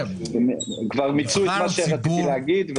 כבר מיצו את מה שרציתי להגיד.